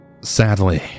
Sadly